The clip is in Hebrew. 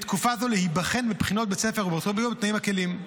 בתקופה זו להיבחן בבחינות בתנאים מקילים.